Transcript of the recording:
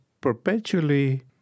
perpetually